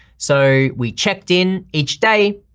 so we checked in each day,